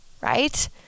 right